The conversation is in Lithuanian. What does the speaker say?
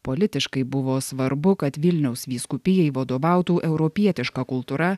politiškai buvo svarbu kad vilniaus vyskupijai vadovautų europietiška kultūra